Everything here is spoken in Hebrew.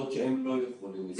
בעוד שהם לא יכולים לספוג עוד יומיים.